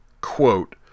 quote